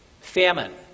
Famine